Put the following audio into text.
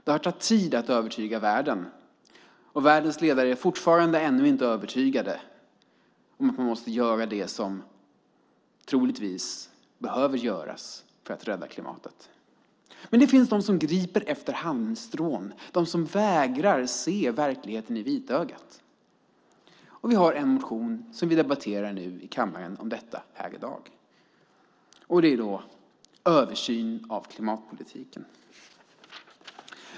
Det har tagit tid att övertyga världen, och världens ledare är ännu inte övertygade om att man måste göra det som troligtvis behöver göras för att rädda klimatet. Det finns de som griper efter halmstrån, som vägrar se verkligheten i vitögat. Det finns en motion om detta. Nu debatterar vi nämligen motionen Översyn av klimatpolitiken .